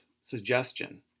suggestion